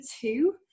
two